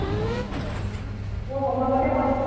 অঁ মোৰ সময়মতে পাব